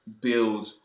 build